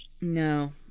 no